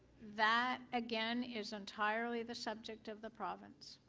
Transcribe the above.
that again is entirely the subject of the province.